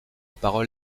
parole